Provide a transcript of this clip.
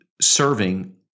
serving